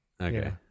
Okay